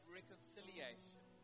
reconciliation